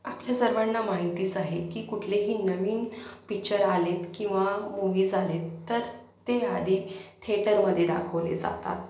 आपल्या सर्वांना माहितीच आहे की कुठलेही नवीन पिक्चर आलेत किंवा मूव्हीज आलेत तर ते आधी थेटरमध्ये दाखवले जातात